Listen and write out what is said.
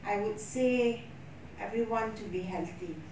I would say everyone to be healthy